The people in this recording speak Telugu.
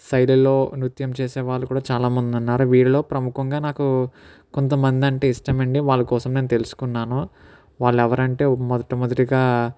శైలిలో నృత్యం చేసే వాళ్ళు కూడా చాలామంది ఉన్నారు వీళ్ళలో ప్రముఖంగా నాకు కొంతమంది అంటే ఇష్టమండి వాళ్ళ కోసం నేను తెలుసుకున్నాను వాళ్ళు ఎవరంటే మొట్టమొదటిగా